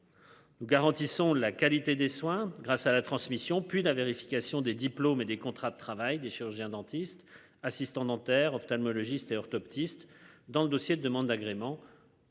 Nous garantissons la qualité des soins grâce à la transmission, puis la vérification des diplômes et des contrats de travail des chirurgiens dentistes assistant dentaire ophtalmologistes et orthoptistes dans le dossier de demande d'agrément.